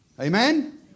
Amen